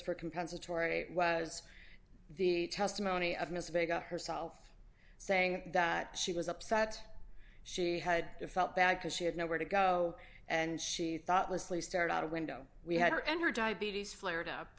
for compensatory was the testimony of mr vega herself saying that she was upset she had felt bad because she had nowhere to go and she thought leslie stared out of window we had her and her diabetes flared up